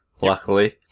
luckily